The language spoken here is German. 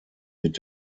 mit